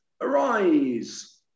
arise